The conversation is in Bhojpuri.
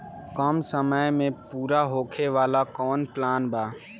कम समय में पूरा होखे वाला कवन प्लान बा?